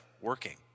working